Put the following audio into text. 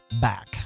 back